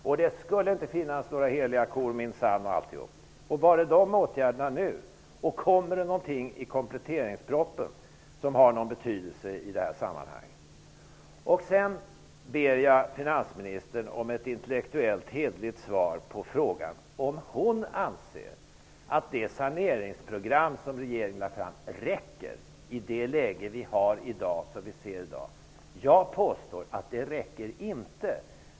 Det skulle minsann inte finnas några heliga kor etc. Var är de åtgärderna nu? Kommer det något i kompletteringspropositionen som har någon betydelse i sammanhanget? Vidare ber jag finansministern om ett intellektuellt hederligt svar på frågan om hon anser att det saneringsprogram som regeringen lagt fram räcker i det läge som vi ser i dag. Jag påstår att det inte räcker.